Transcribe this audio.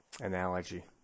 analogy